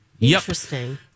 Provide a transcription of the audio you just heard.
Interesting